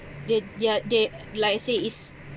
they yeah they like I say is